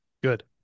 Good